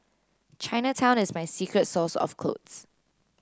Chinatown is my secret source of clothes